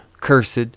Cursed